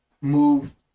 move